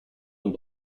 und